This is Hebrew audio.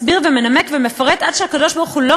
מסביר ומנמק ומפרט עד שהקדוש-ברוך-הוא לא